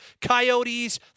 Coyotes